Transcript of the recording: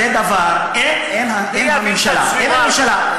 זה דבר, אין הממשלה, מי יעביר את הצבירה?